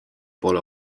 pole